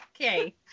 Okay